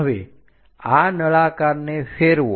હવે આ નળાકારને ફેરવો